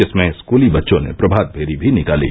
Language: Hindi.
जिसमें स्कूली बच्चों ने प्रभात फेरी भी निकाली